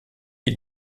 les